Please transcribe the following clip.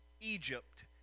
Egypt